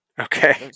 Okay